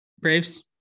Braves